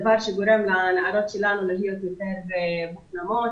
דבר שגורם לנערות שלנו להיות יותר מופנמות,